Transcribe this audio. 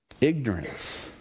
Ignorance